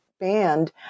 band